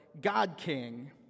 God-king